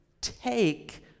take